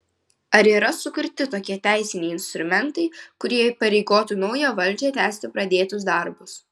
ar yra sukurti tokie teisiniai instrumentai kurie įpareigotų naują valdžią tęsti pradėtus darbus